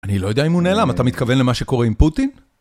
אני לא יודע אם הוא נעלם, אתה מתכוון למה שקורה עם פוטין?